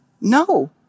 No